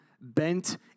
bent